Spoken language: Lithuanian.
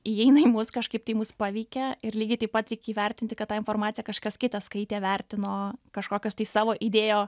įeina į mus kažkaip tai mus paveikia ir lygiai taip pat reikia įvertinti kad tą informaciją kažkas kitas skaitė vertino kažkokias tai savo įdėjo